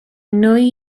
nwy